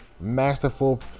masterful